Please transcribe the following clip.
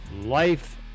Life